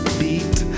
beat